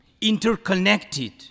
interconnected